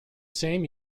same